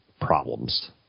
problems